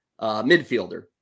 midfielder